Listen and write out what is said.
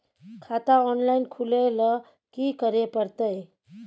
खाता ऑनलाइन खुले ल की करे परतै?